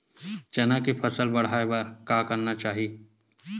चना के फसल बढ़ाय बर का करना चाही?